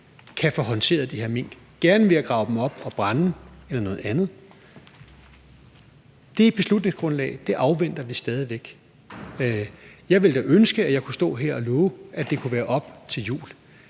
kan få håndteret de her mink, gerne ved at grave dem op og brænde dem eller noget andet. Det beslutningsgrundlag afventer vi stadig væk. Jeg ville da ønske, at jeg kunne stå her og love, at det kunne være op til jul.